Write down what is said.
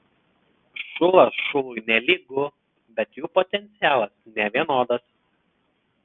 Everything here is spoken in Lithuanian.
šulas šului nelygu bet jų potencialas nevienodas